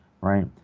right